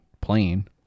playing